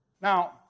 now